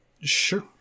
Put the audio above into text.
Sure